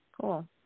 Cool